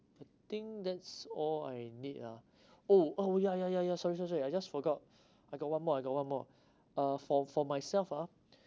I think that's all I need ah oh oh ya ya ya ya sorry sorry sorry I just forgot I got one more I got one more uh for for myself ah